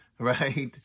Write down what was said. Right